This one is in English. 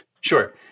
Sure